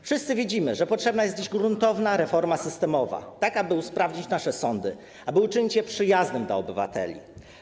Wszyscy widzimy, że potrzebna jest dziś gruntowna reforma systemowa, tak aby usprawnić nasze sądy, aby uczynić je przyjaznymi dla obywateli.